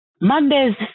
Mondays